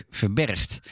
verbergt